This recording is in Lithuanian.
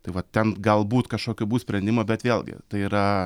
tai vat ten galbūt kažkokių bus sprendimų bet vėlgi tai yra